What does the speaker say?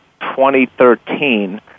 2013